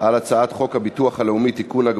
על הצעת חוק הביטוח הלאומי (תיקון,